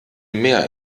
mehr